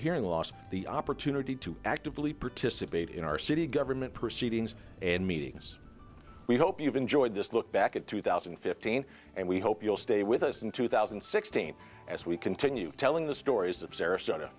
hearing loss the opportunity to actively participate in our city government proceedings and meetings we hope you've enjoyed this look back at two thousand and fifteen and we hope you'll stay with us in two thousand and sixteen as we continue telling the stories of sarasota